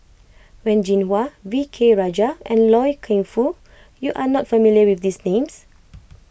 Wen Jinhua V K Rajah and Loy Keng Foo you are not familiar with these names